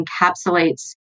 encapsulates